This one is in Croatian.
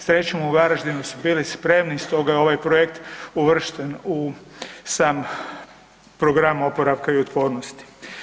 Srećom u Varaždinu su bili spremni, stoga je ovaj projekt uvršten u sam program oporavka i otpornosti.